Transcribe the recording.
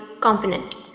component